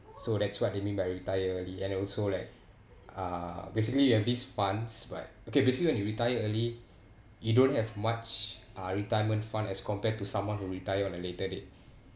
so that's what they mean by retire early and also like uh basically you have these funds but okay basically when you retire early you don't have much uh retirement fund as compared to someone who retire on a later date